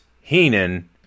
Heenan